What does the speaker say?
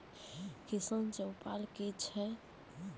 किसान चौपाल क्या हैं?